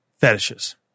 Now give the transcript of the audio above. fetishes